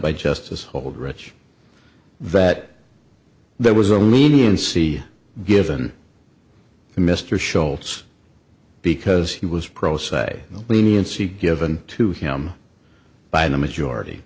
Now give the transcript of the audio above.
by justice hold rich that there was a leniency given to mr scholtes because he was pro se the leniency given to him by the majority